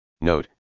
Note